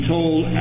told